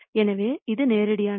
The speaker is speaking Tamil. எனவே இது நேரடியானது